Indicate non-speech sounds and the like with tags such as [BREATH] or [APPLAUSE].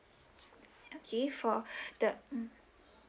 [NOISE] okay for [BREATH] the mm